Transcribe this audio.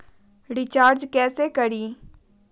Recharge कैसे करीब?